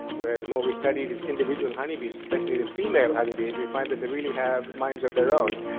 where the more we study these individual honey bees, especially the female honey bees, we find that they really have minds of their own,